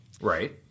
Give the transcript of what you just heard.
Right